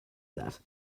that